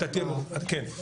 כן.